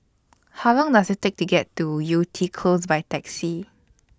How Long Does IT Take to get to Yew Tee Close By Taxi